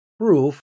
proof